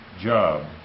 job